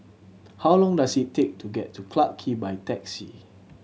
how long does it take to get to Clarke Quay by taxi